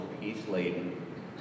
peace-laden